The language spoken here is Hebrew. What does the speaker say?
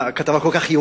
מה, כתבה כל כך חיובית.